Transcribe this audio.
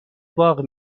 باغ